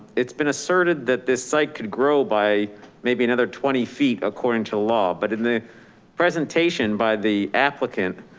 it's been asserted that this site could grow by maybe another twenty feet according to law, but in the presentation, by the applicant.